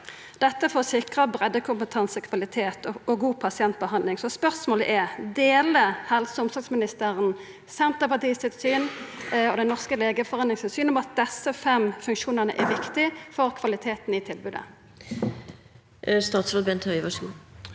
dette for å sikra breiddekompetanse, kvalitet og god pasientbehandling. Så spørsmålet er: Deler helse- og omsorgsministeren Senterpartiet sitt syn og Den norske legeforening sitt syn om at desse fem funksjonane er viktige for kvaliteten i tilbodet? Statsråd Bent Høie